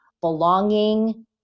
belonging